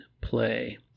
play